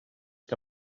que